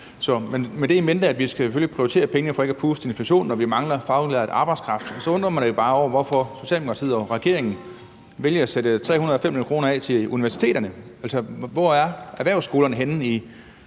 Med det in mente, at vi selvfølgelig skal prioritere pengene for ikke at puste til inflationen, og at vi mangler faglært arbejdskraft, så undrer jeg mig bare over, hvorfor Socialdemokratiet og regeringen vælger at sætte 305 mio. kr. af til universiteterne. Hvor er erhvervsskolerne henne i